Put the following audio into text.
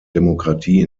demokratie